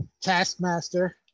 Taskmaster